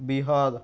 Bihar